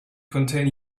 contain